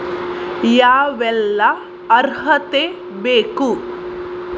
ಯಾವೆಲ್ಲ ಅರ್ಹತೆ ಬೇಕು?